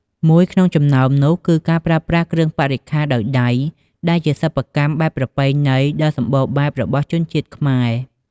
មួយក្នុងចំណោមនោះគឺការប្រើប្រាស់គ្រឿងបរិក្ខារដោយដៃ ដែលជាសិប្បកម្មបែបប្រពៃណីដ៏សម្បូរបែបរបស់ជនជាតិខ្មែរ។